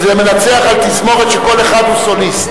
זה מנצח על תזמורת שכל אחד הוא סוליסט.